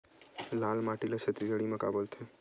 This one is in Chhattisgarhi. लाल माटी ला छत्तीसगढ़ी मा का बोलथे?